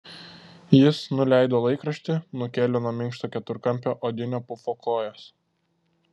jis nuleido laikraštį nukėlė nuo minkšto keturkampio odinio pufo kojas